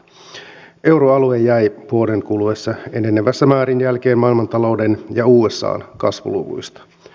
euroalue jäi vuoden kuluessa enenevässä määrin jälkeen maailmantalouden ja usan kasvuluvuista